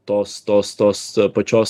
tos tos tos pačios